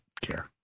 care